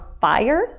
fire